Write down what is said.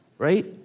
right